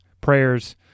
prayers